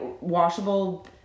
washable